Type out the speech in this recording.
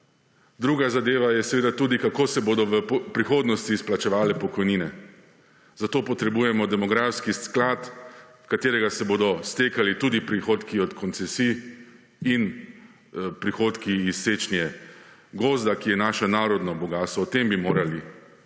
Druga zadeva je seveda tudi, kako se bodo v prihodnosti izplačevale pokojnine. Za to potrebujemo demografski sklad, v katerega se bodo stekali tudi prihodki od koncesij in prihodki iz sečnje gozda, ki je naše narodno bogastvo. O tem bi morali